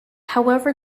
however